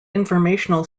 informational